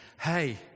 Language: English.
hey